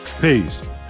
Peace